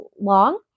long